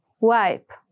Wipe